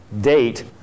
date